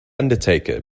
undertaker